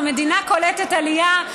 אנחנו מדינה קולטת עלייה,